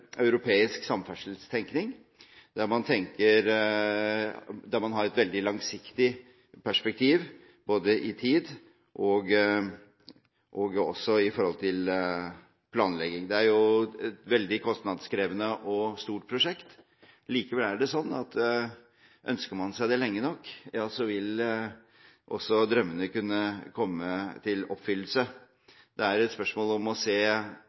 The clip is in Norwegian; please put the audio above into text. europeisk samferdselstenkning, der man har et veldig langsiktig perspektiv når det gjelder både tid og planlegging. Det er et veldig kostnadskrevende og stort prosjekt. Likevel er det slik at hvis man ønsker seg det lenge nok, vil også drømmene kunne gå i oppfyllelse. Det er et spørsmål om å se